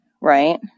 Right